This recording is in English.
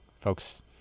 folks